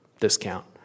discount